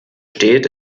steht